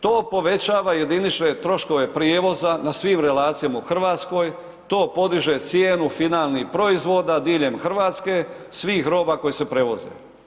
To povećava jedinične troškove prijevoza na svim relacijama u Hrvatskoj, to podiže cijenu finalnih proizvoda diljem Hrvatske svih roba koje se prevoze.